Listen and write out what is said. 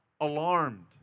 alarmed